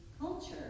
culture